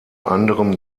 anderem